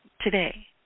today